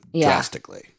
drastically